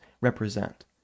represent